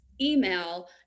email